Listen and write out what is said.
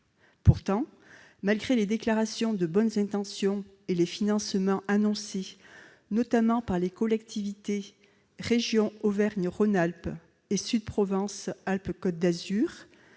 Pourtant, malgré les déclarations de bonnes intentions et les financements annoncés, notamment par les régions Auvergne-Rhône-Alpes et Sud-Provence-Alpes-Côte d'Azur,